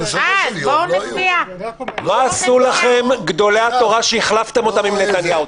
בסופו של יום --- מה עשו לכם גדולי התורה שהחלפתם אותם עם נתניהו?